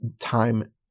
time